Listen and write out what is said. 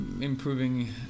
improving